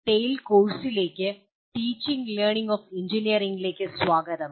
tail കോഴ്സിലേക്ക് teaching learning in എഞ്ചിനീയറിംഗിലേക്ക് സ്വാഗതം